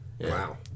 wow